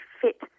fit